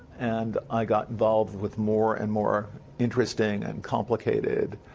and i got involved with more and more interesting and complicated